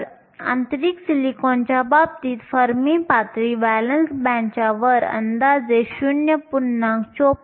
तर आंतरिक सिलिकॉनच्या बाबतीत फर्मी पातळी व्हॅलेन्स बँडच्या वर अंदाजे 0